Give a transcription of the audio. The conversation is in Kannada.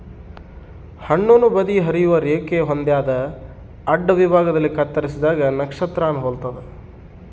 ಹಣ್ಣುನ ಬದಿ ಹರಿಯುವ ರೇಖೆ ಹೊಂದ್ಯಾದ ಅಡ್ಡವಿಭಾಗದಲ್ಲಿ ಕತ್ತರಿಸಿದಾಗ ನಕ್ಷತ್ರಾನ ಹೊಲ್ತದ